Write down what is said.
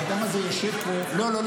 אדוני היושב-ראש, אי-אפשר.